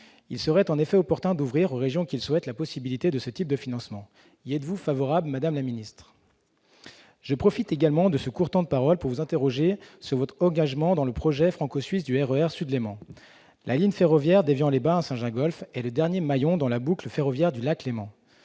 Il serait en effet opportun d'ouvrir aux régions qui le souhaitent la possibilité de participer à ce financement. Y êtes-vous favorable, madame la ministre ? Je profite de ce court temps de parole pour vous interroger sur votre engagement à l'égard su projet franco-suisse du RER Sud-Léman. La ligne ferroviaire d'Évian-les-Bains à Saint-Gingolph est le dernier maillon de la boucle ferroviaire du lac Léman.